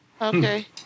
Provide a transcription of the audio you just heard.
okay